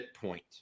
point